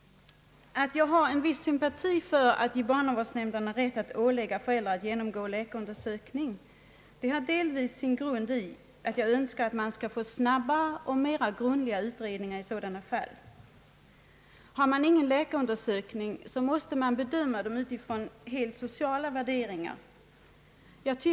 Att jag har viss sympati för att ge barnavårdsnämnderna rätt att ålägga föräldrar att genomgå läkarundersökning har delvis sin grund i en önskan om snabbare och mera grundliga utredningar i sådana fall. Har man ingen läkarundersökning måste behovet av åtgärder bedömas helt utifrån sociala värderingar.